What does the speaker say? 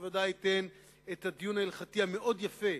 שוודאי ייתן את הדיון ההלכתי המאוד יפה,